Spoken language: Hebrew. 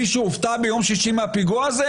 מישהו הופתע ביום שישי מהפיגוע הזה?